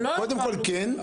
קודם כל זה כן.